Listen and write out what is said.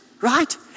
right